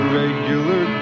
regular